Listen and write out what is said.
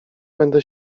będę